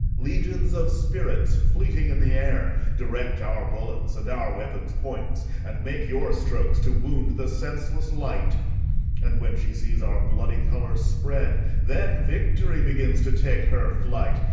legions of spirits, fleeting in the air, direct our bullets and our weapons' points, and make your strokes to wound the senseless light and when she sees our bloody colours spread, then victory begins to take her flight,